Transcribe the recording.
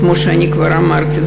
כמו שכבר אמרתי,